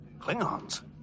Klingons